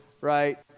right